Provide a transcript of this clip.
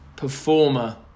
performer